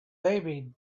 baby